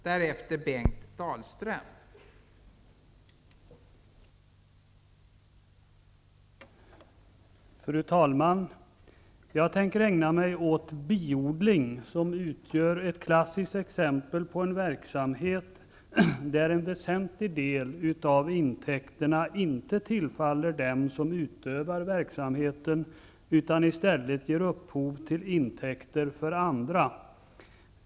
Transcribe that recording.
Fru talman! Jag tänker ägna mig åt frågan om biodling, som utgör ett klassiskt exempel på en verksamhet där en väsentlig del av intäkterna inte tillfaller dem som utövar verksamheten utan i stället ger upphov till intäkter för andra.